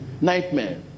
nightmare